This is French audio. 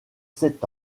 sept